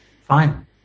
Fine